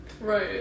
Right